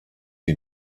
you